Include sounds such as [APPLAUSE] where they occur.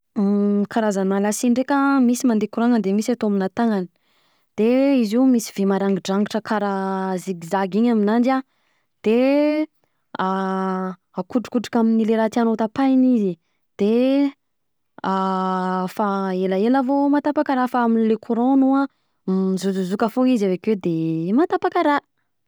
Karazana lasia ndreka, misy mandeha couragna de misy atao aminà tana de izy io misy vy marangidrangitra karaha zigzag iny aminanjy an, de [HESITATION] akotrokotroka amle rah tianao tapahina izy de [HESITATION] fa elaela vao matapaka raha, fa amle courant anao an mizozozoka fogna izy avekeo de matapaka raha.